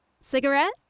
Cigarette